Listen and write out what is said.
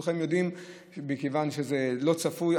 כולכם יודעים שמכיוון שזה לא צפוי,